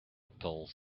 pills